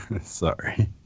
Sorry